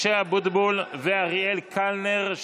משה אבוטבול ואריאל קלנר,